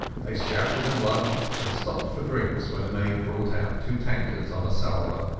they shouted and laughed and stopped for drinks, when a maid brought out two tankards on a salver.